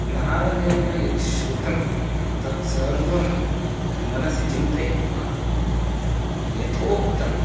नारदेन यद् शृतं तत् सर्वं मनसि चिन्तयित्वा यथोक्तम्